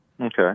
Okay